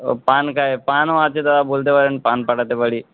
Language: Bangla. ও পান খায় পানও আছে দাদা বলতে পারেন পান পাঠাতে পারি